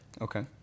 Okay